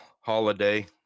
holiday